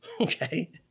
Okay